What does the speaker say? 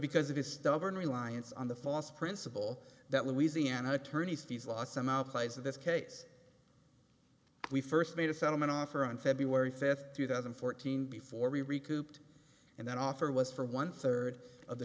because of his stubborn reliance on the false principle that louisiana attorneys fees lost some outlays of this case we first made a settlement offer on february fifth two thousand and fourteen before we recouped and that offer was for one third of the